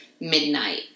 midnight